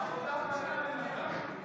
עבודה בעיניים.